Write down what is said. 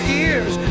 ears